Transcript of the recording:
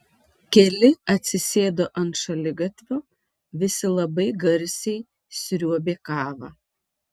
keli atsisėdo ant šaligatvio visi labai garsiai sriuobė kavą